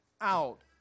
out